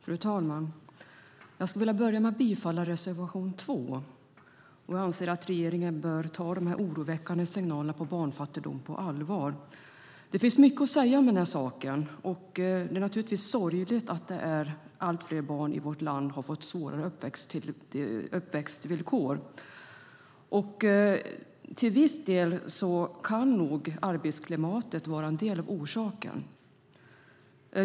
Fru talman! Jag vill börja med att yrka bifall till reservation 2 och anser att regeringen bör ta de oroväckande signalerna om barnfattigdom på allvar. Det finns mycket att säga om den här saken. Det är naturligtvis sorgligt att allt fler barn i vårt land har fått svårare uppväxtvillkor. Till viss del kan nog arbetsklimatet vara en orsak.